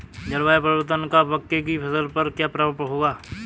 जलवायु परिवर्तन का मक्के की फसल पर क्या प्रभाव होगा?